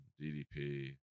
ddp